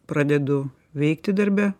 pradedu veikti darbe